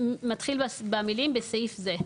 מתחיל במילים "בסעיף זה".